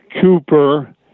Cooper